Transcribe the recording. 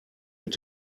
mit